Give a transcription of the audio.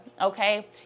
okay